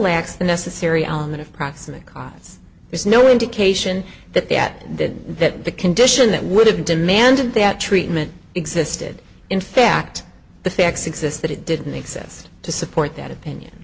the necessary element of proximate cause there's no indication that that the that the condition that would have demanded that treatment existed in fact the facts exist that it didn't exist to support that opinion